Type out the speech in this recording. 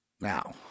Now